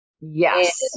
Yes